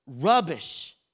rubbish